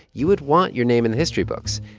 you would want your name in the history books.